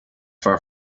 far